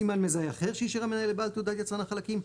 סימן מזהה אחר שאישר המנהל לבעל תעודת יצרן החלקים,